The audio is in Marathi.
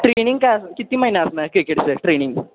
ट्रेनिंग काय असं किती महिने असणार क्रिकेटचं ट्रेनिंग